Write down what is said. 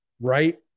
Right